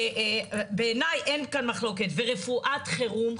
בעיניי אין כאן מחלוקת ורפואת חירום,